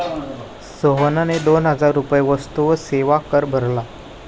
सोहनने दोन हजार रुपये वस्तू व सेवा कर भरला